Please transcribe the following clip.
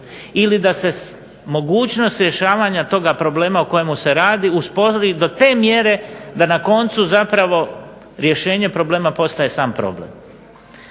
ili da se mogućnost rješavanja toga problema o kojemu se radi uspori do te mjere da na koncu zapravo rješenje problema postaje sam problem.